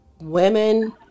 women